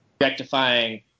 rectifying